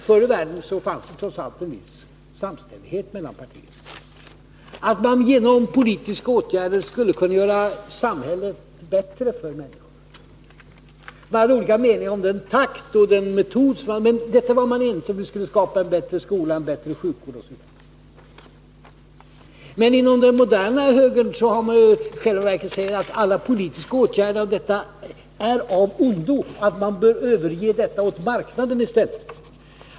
Förr i världen fanns det trots allt en viss samstämmighet mellan partierna om att man genom politiska åtgärder skulle kunna göra samhället bättre för människorna. Det fanns olika meningar om takten och metoden, men man var ense om att man skulle skapa en bättre skola, bättre sjukvård osv. Men inom den moderna högern säger man i själva verket att alla politiska åtgärder är av ondo, att man bör överlämna det hela åt marknaden i stället.